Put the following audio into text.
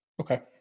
Okay